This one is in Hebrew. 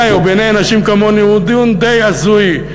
בעינַי ובעיני אנשים כמוני הוא דיון די הזוי.